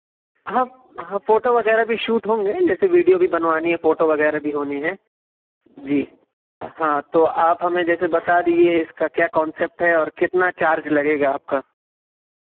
ہاں ہاں فوٹو وغیرہ بھی شوٹ ہونگے جیسے ویڈیو بھی بنوانی ہے فوٹو وغیرہ بھی ہونی ہے جی ہاں تو آپ ہمیں جیسے بتا دیجئے اِس کا کیا کانسپٹ ہے اور کتنا چارج لگے گا آپ کا